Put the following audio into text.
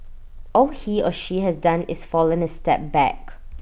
all he or she has done is fallen A step back